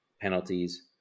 penalties